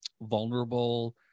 vulnerable